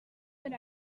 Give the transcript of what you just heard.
per